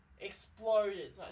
exploded